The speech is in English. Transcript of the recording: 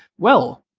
well,